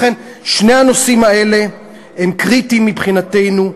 לכן שני הנושאים האלה הם קריטיים מבחינתנו: